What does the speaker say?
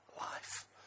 life